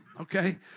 Okay